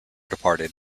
departed